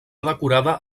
decorada